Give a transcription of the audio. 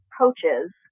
coaches